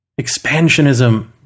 Expansionism